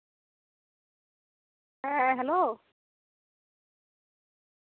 ᱦᱮᱸ ᱦᱮᱞᱳ